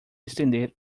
estender